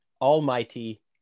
almighty